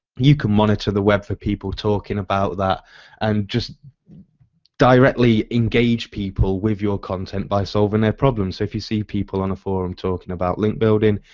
you can monitor the web for people talking about that and just directly engage people with your content by solving their problems. so if you see people on a forum talking about link building,